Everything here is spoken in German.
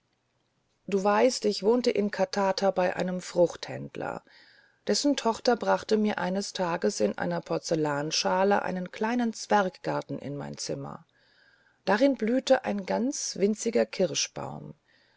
du weißt ich wohnte in katata bei einem fruchthändler dessen tochter brachte mir eines tages in einer porzellanschale einen kleinen zwerggarten in mein zimmer darin blühte ein ganz winziger kirschbaum